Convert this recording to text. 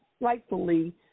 rightfully